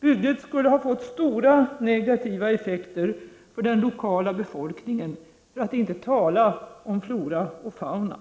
Bygget skulle ha fått stora negativa effekter för den lokala befolkningen, för att inte tala om flora och fauna.